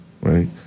right